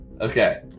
Okay